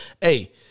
Hey